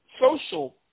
social